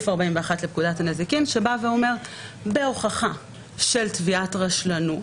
סעיף 41 לפקודת הנזיקין שאומר בהוכחה של תביעת רשלנות,